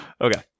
Okay